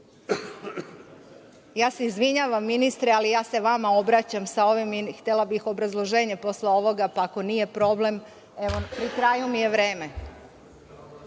o…Izvinjavam se ministre, ali ja se vama obraćam i htela bih obrazloženje posle ovoga, pa ako nije problem, evo pri kraju mi je vreme.